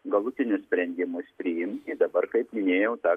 galutinius sprendimus priimti dabar kaip minėjau tą